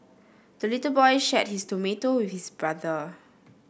the little boy shared his tomato with his brother